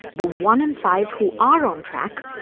the one in five who are on track,